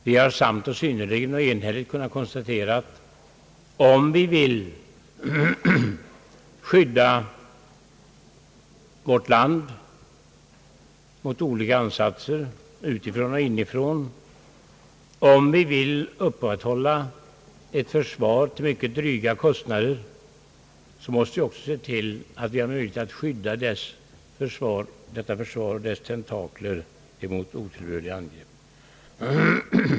Vi har enhälligt samt och synnerligen kunnat konstatera, att om vi vill skydda vårt land mot olika ansatser, utifrån och inifrån, om vi vill upprätthålla ett försvar till mycket dryga kostnader, så måste vi också se till att vi har möjlighet att skydda detta försvar och dess tentakler emot otillbörliga angrepp.